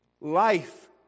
life